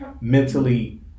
mentally